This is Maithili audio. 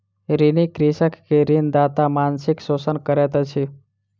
ऋणी कृषक के ऋणदाता मानसिक शोषण करैत अछि